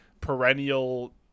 perennial